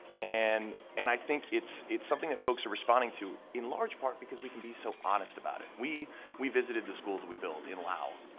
and and i think it's it's something that folks are responding to in large part because we can be so honest about it. we we visited the schools we build in lao.